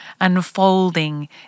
unfolding